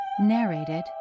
narrated